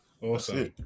awesome